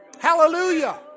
Hallelujah